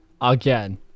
Again